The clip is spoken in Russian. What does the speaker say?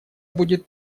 будет